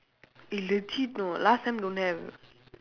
eh legit know last time don't have